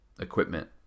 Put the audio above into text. equipment